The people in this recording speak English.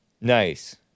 Nice